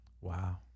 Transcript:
Wow